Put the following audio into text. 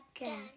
again